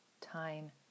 time